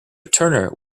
turner